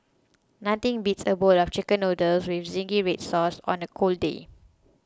nothing beats a bowl of Chicken Noodles with Zingy Red Sauce on a cold day